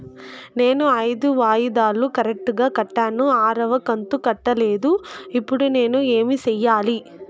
నేను ఐదు వాయిదాలు కరెక్టు గా కట్టాను, ఆరవ కంతు కట్టలేదు, ఇప్పుడు నేను ఏమి సెయ్యాలి?